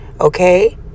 okay